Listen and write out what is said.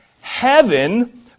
Heaven